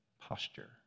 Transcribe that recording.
posture